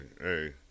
hey